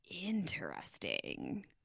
Interesting